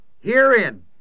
Herein